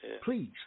please